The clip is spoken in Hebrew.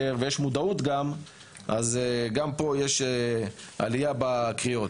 ויש גם מודעות אז יש עלייה בקריאות.